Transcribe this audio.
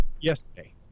Yesterday